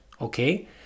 Okay